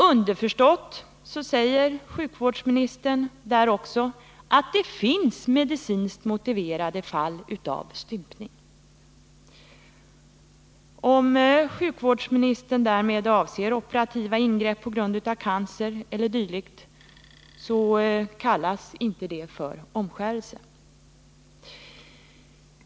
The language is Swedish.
Underförstått säger sjukvårdsministern därmed också att det finns medicinskt motiverade fall av stympning. Om sjukvårdsministern därmed avser operativa ingrepp på grund av cancer e. d., kallas det inte för omskärelse.